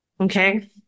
okay